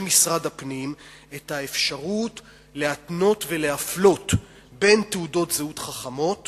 משרד הפנים את האפשרות להתנות ולהפלות בעלי תעודות זהות חכמות